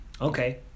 okay